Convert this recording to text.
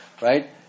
right